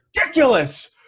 ridiculous